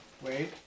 Wait